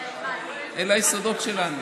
אלה היסודות שלנו,